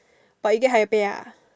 but you get higher pay ah